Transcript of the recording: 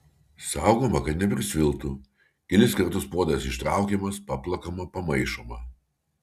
saugoma kad neprisviltų kelis kartus puodas ištraukiamas paplakama pamaišoma